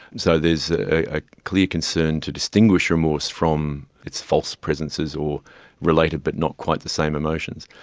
so there is a clear concern to distinguish remorse from its false presences or related but not quite the same emotions.